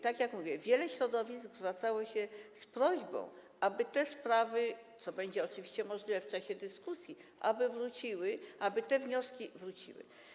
Tak jak mówię, wiele środowisk zwracało się z prośbą, aby te sprawy - co będzie oczywiście możliwe w czasie dyskusji - wróciły, aby te wnioski wróciły.